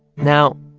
now,